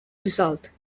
result